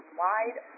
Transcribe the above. wide